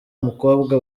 mukobwa